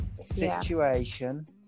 situation